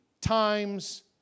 times